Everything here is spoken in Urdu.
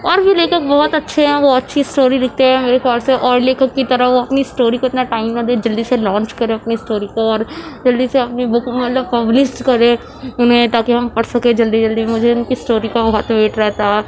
اور بھی لیکھک بہت اچھے ہیں وہ اچھی اسٹوری لکھتے ہیں میرے خیال سے اور لیکھک کی طرح وہ اپنی اسٹوری کو اتنا ٹائم نہ دیں جلدی سے لانچ کریں اپنی اسٹوری کو اور جلدی سے اپنی بک مطلب پبلشڈ کریں اُنہیں تاکہ ہم پڑھ سکیں جلدی جلدی مجھے اُن کی اسٹوری کا بہت ویٹ رہتا ہے